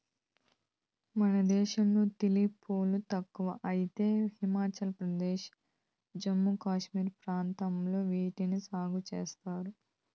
మన దేశంలో తులిప్ పూలు తక్కువ అయితే హిమాచల్ ప్రదేశ్, జమ్మూ కాశ్మీర్ ప్రాంతాలలో వీటిని సాగు చేస్తున్నారు